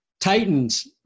Titans